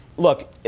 Look